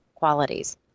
qualities